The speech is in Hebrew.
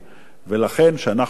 ולכן, כשאנחנו באים